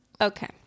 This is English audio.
okay